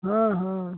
हाँ हाँ